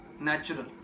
natural